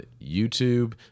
YouTube